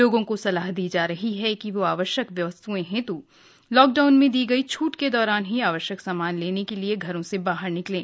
लोगों को सलाह दी गयी है कि वह आवश्यक वस्तुओं हेतु लाक डाउन में दी गयी छूट के दौरान ही आवश्यक सामान लेने घरों से बाहर निकलें